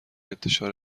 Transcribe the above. انتشار